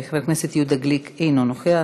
חבר הכנסת יהודה גליק, אינו נוכח.